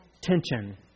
tension